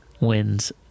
wins